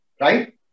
Right